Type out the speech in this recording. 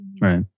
right